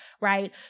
right